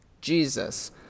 Jesus